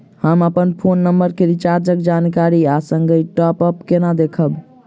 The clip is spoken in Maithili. हम अप्पन फोन नम्बर केँ रिचार्जक जानकारी आ संगहि टॉप अप कोना देखबै?